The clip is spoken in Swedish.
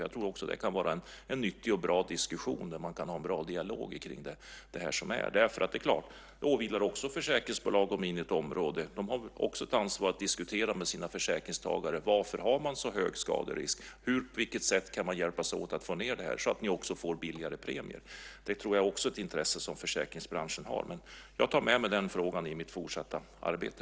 Jag tror att det också kan vara en nyttig och bra diskussion där man kan ha en bra dialog om det här. Det är klart att det också åvilar försäkringsbolag ett ansvar att diskutera med sina försäkringstagare varför man har så hög skaderisk inom ett område, på vilket sätt man kan hjälpas åt för att få ned den så att de också får billigare premier. Det tror jag också är ett intresse som försäkringsbranschen har. Jag tar med mig den frågan i mitt fortsatta arbete.